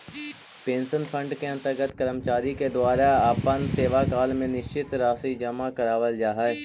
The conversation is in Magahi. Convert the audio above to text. पेंशन फंड के अंतर्गत कर्मचारि के द्वारा अपन सेवाकाल में निश्चित राशि जमा करावाल जा हई